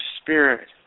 spirit